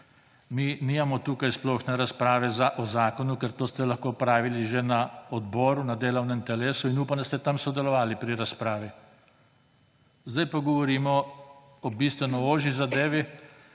Mi nimamo tukaj splošne razprave o zakonu, ker to ste lahko opravili že na odboru, na delovnem telesu, in upam, da ste tam sodelovali pri razpravi. Sedaj pa govorimo o bistveno ožji zadevi